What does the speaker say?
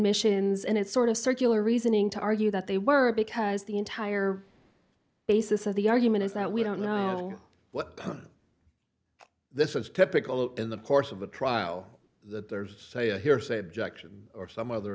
admissions and it's sort of circular reasoning to argue that they were because the entire basis of the argument is that we don't know what this is typical of in the course of the trial that there's a a hearsay objection or some other